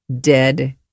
dead